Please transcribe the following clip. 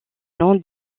nom